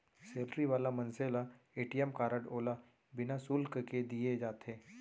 salary वाला मनसे ल ए.टी.एम कारड ओला बिना सुल्क के दिये जाथे